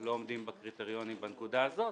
לא עומדים בקריטריונים בנקודה הזאת.